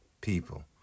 people